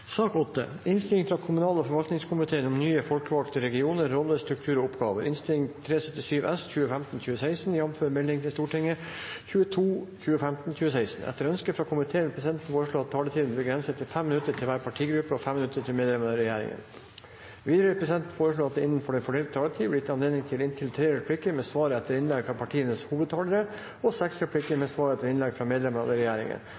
sak nr. 7. Etter ønske fra kommunal- og forvaltningskomiteen vil presidenten foreslå at taletiden blir begrenset til 5 minutter til hver partigruppe og 5 minutter til medlemmer av regjeringen. Videre vil presidenten foreslå at det – innenfor den fordelte taletid – blir gitt anledning til replikkordskifte på inntil tre replikker med svar etter innlegg fra partienes hovedtalere og seks replikker med svar etter innlegg fra medlemmer av regjeringen,